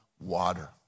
water